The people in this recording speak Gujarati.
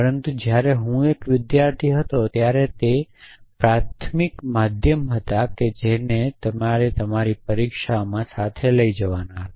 પરંતુ જ્યારે હું એક વિદ્યાર્થી હતો ત્યારે તે પ્રાથમિક માધ્યમ હતા કે જેને તમારે તમારી પરીક્ષાઓમાં સાથે લઈ જવાના હતા